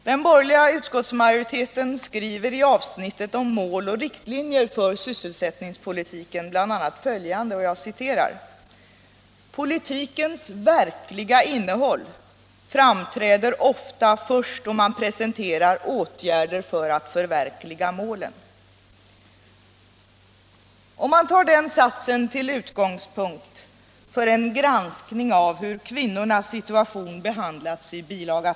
Den borgerliga utskottsmajoriteten skriver i avsnittet om mål och riktlinjer för sysselsättningspolitiken bl.a. följande: ”Politikens verkliga innehåll framträder ofta först då man presenterat åtgärder för att förverkliga målen.” Om man tar den satsen till utgångspunkt för en granskning av hur kvinnornas situation behandlas i bil.